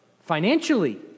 financially